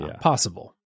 possible